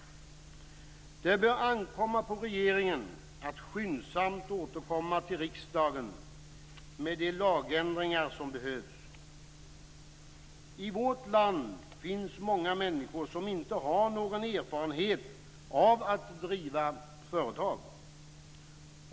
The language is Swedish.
Det bör ankomma på regeringen att skyndsamt återkomma till riksdagen med de lagändringar som behövs. I vårt land finns många människor som inte har någon erfarenhet av att driva företag.